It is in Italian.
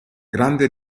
grande